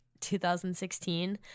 2016